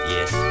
Yes